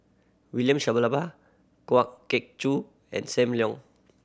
William Shellabear Kwa Geok Choo and Sam Leong